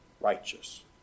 righteous